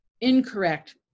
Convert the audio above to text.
incorrect